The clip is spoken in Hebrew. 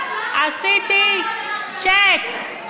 עשיתי צ'ק.